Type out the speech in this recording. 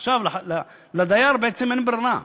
עכשיו, לדייר בעצם אין ברירה.